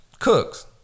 Cooks